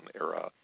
era